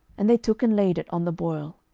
and they took and laid it on the boil,